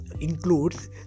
includes